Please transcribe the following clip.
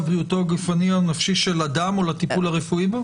בריאותי הגופני או הנפשי של אדם או לטיפול הרפואי בו"?